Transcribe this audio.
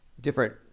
different